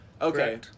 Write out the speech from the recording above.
Okay